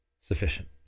sufficient